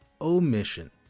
Omission